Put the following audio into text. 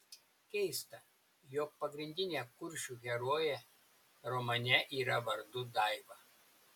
keista jog pagrindinė kuršių herojė romane yra vardu daiva